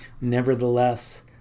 Nevertheless